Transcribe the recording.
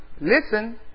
Listen